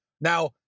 Now